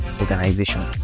organization